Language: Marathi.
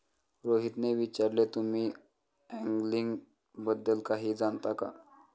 रोहितने विचारले, तुम्ही अँगलिंग बद्दल काही जाणता का?